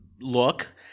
look